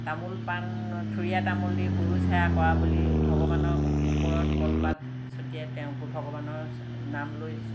তামোল পান থুৰিয়া তামোল দি সুৰুজ সেৱা কৰা বুলি ভগৱানক ওপৰত কলপাত চতিয়াই তেওঁকো ভগৱানৰ নাম লৈ